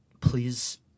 Please